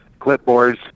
clipboards